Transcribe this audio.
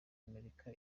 amerika